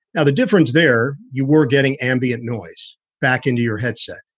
now, the difference there. you were getting ambient noise back into your headset.